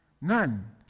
none